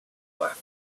were